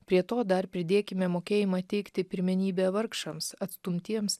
prie to dar pridėkime mokėjimą teikti pirmenybę vargšams atstumtiems